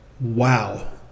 Wow